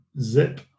zip